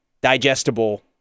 digestible